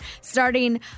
starting